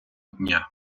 дня